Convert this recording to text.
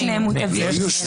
מוטבים.